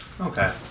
Okay